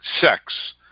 sex